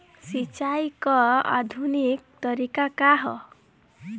सिंचाई क आधुनिक तरीका का ह?